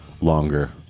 longer